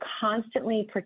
constantly